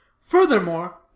Furthermore